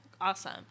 awesome